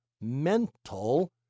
mental